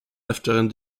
öfteren